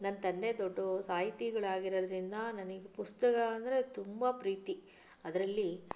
ನನ್ನ ತಂದೆ ದೊಡ್ಡ ಸಾಹಿತಿಗಳಾಗಿರೋದರಿಂದ ನನಗೆ ಪುಸ್ತಕ ಅಂದರೆ ತುಂಬ ಪ್ರೀತಿ ಅದರಲ್ಲಿ